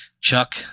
Chuck